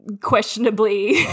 questionably